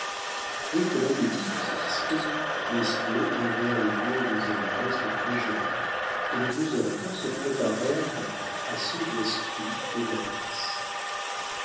dès que l'appétit fut satisfait les squaws enlevèrent les gourdes et les restes du déjeuner et les deux orateurs se préparèrent à faire assaut d'esprit et d'adresse